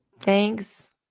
Thanks